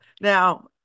Now